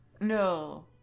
No